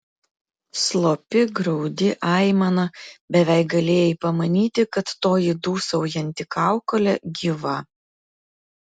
slopi graudi aimana beveik galėjai pamanyti kad toji dūsaujanti kaukolė gyva